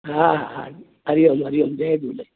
हा हा हरिओम हरिओम जय झूले